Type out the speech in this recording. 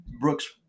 Brooks